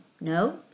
no